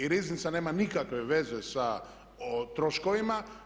I riznica nema nikakve veze sa troškovima.